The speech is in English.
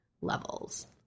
levels